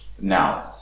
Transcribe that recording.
now